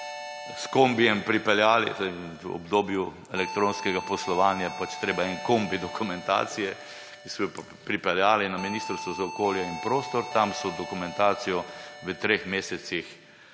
s kombijem pripeljali. V obdobju elektronskega poslovanja je treba en kombi dokumentacije, ki so jo pripeljali na Ministrstvo za okolje in prostor. Tam so dokumentacijo v treh mesecih